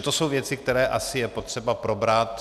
To jsou věci, které asi je potřeba probrat.